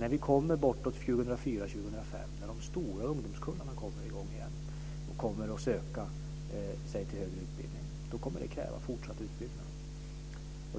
När vi kommer bortåt 2004-2005, när de stora ungdomskullarna söker sig till högre utbildning kommer det att kräva fortsatt utbyggnad.